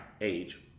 age